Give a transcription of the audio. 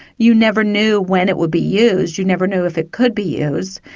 you never knew when it would be used, you never knew if it could be used,